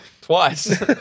Twice